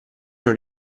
non